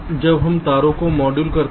जब हम तारों को मॉडल करते हैं